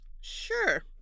sure